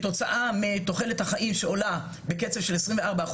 כתוצאה מתוחלת החיים שעולה בקצב של 24%,